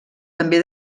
també